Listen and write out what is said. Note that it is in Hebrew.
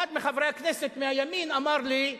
אחד מחברי הכנסת מהימין אמר לי: